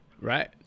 right